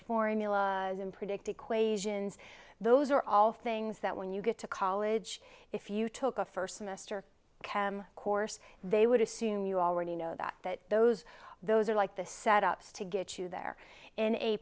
mila predict equations those are all things that when you get to college if you took a first semester course they would assume you already know that that those those are like this set ups to get you there in a